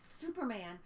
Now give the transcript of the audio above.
Superman